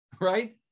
right